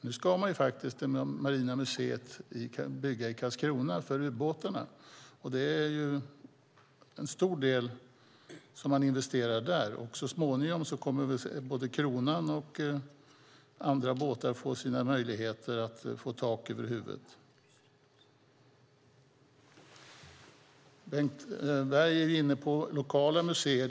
Nu ska Marinmuseum i Karlskrona bygga en hall för ubåtarna. En stor del kommer att investeras där. Så småningom kommer både Kronan och andra båtar att få möjlighet till tak över huvudet. Bengt Berg diskuterade lokala museer.